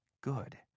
Good